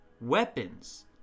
weapons